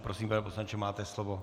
Prosím, pane poslanče, máte slovo.